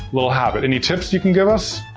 little habit, any tips you can give us?